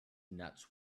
nuts